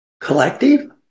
collective